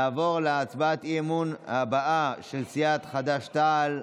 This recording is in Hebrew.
נעבור להצעת האי-אמון הבאה, של סיעת חד"ש-תע"ל.